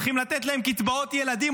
הולכים לתת להם קצבאות ילדים,